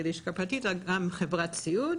לשכה פרטית אלא גם על ידי חברת סיעוד